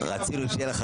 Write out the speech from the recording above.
בתיק.